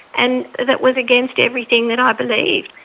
and that was against everything that i believed.